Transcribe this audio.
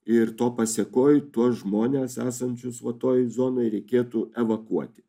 ir to pasėkoj tuos žmones esančius va toj zonoj reikėtų evakuoti